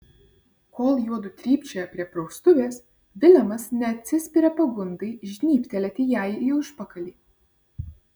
kol juodu trypčioja prie praustuvės vilemas neatsispiria pagundai žnybtelėti jai į užpakalį